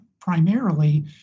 primarily